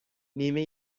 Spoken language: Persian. نیمه